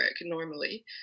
normally